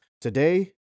Today